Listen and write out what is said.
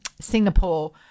Singapore